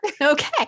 Okay